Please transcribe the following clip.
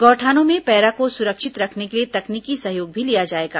गौठानों में पैरा को सुरक्षित रखने के लिये तकनीकी सहयोग भी लिया जाएगा